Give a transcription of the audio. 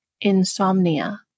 insomnia